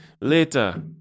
Later